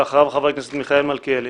ואחריו חבר הכנסת מיכאל מלכיאלי,